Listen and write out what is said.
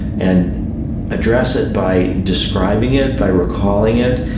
and address it by describing it, by recalling it,